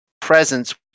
presence